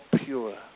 pure